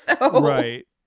Right